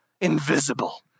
invisible